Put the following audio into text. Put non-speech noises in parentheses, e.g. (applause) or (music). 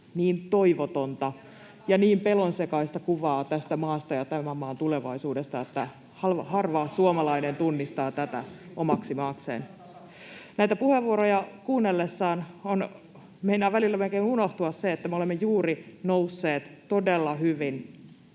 Meren välihuuto] ja niin pelonsekaista kuvaa tästä maasta ja tämän maan tulevaisuudesta, että harva suomalainen tunnistaa tätä omaksi maakseen. (noise) Näitä puheenvuoroja kuunnellessa meinaa välillä melkein unohtua se, että me olemme juuri nousseet todella hyvin